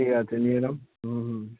ঠিক আছে নিয়ে নাও হুম হুম